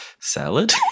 salad